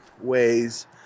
ways